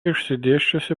išsidėsčiusi